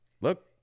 Look